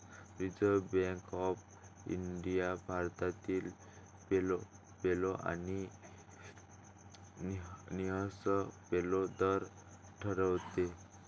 reserve bank of India भारतातील repo आणि reverse repo दर ठरवते